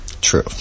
True